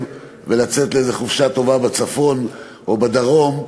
ולצאת לאיזו חופשה טובה בצפון או בדרום,